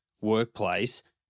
workplace